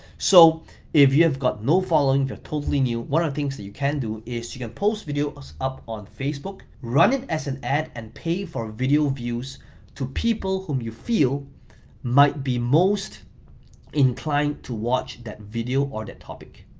so if you have got no following, if you're totally new, one of the things that you can do is you can post videos up on facebook running as an ad and pay for video views to people whom you feel might be most inclined to watch that video or that topic,